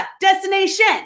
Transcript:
destination